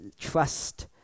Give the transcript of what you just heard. trust